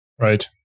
Right